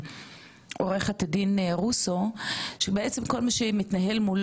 שבעצם כל מי שמתנהל מול הביטוח הלאומי,